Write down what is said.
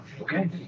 Okay